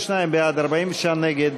62 בעד, 49 נגד,